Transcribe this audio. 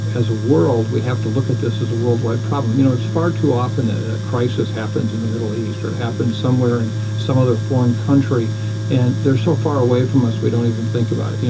as a world, we have to look at this as a worldwide problem you know it's far too often that a crisis happens in the middle east or happens somewhere in some other foreign country and they are so far away from us we don't even think about it. you know,